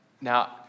Now